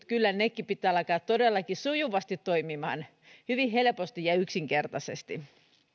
kyllä niiden matkaketjujenkin pitää alkaa todellakin sujuvasti toimimaan hyvin helposti ja yksinkertaisesti